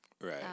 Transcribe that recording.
Right